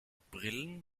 brillen